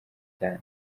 cyane